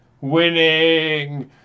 Winning